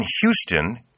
Houston